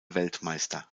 weltmeister